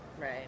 Right